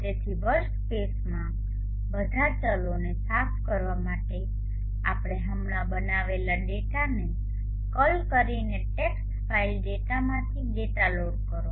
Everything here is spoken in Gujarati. તેથી વર્કસ્પેસમાંના બધા ચલોને સાફ કરવા માટે આપણે હમણાં બનાવેલા ડેટાને કલ કરીને ટેક્સ્ટ ફાઇલ ડેટામાંથી ડેટા લોડ કરો